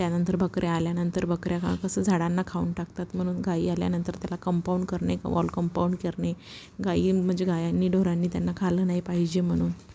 त्यानंतर बकऱ्या आल्यानंतर बकऱ्या का कसं झाडांना खाऊन टाकतात म्हणून गाई आल्यानंतर त्याला कंपाऊंड करने वॉल कंपाऊंड करणे गाई म्हणजे गायांनी ढोरांनी त्यांना खालं नाही पाहिजे म्हणून